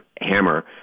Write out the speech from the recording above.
hammer